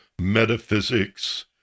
metaphysics